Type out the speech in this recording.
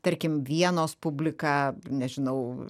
tarkim vienos publika nežinau